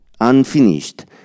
Unfinished